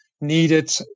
needed